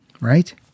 right